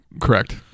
correct